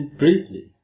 briefly